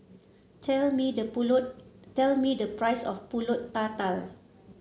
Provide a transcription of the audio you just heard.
tell me the pulut tell me the price of pulut tatal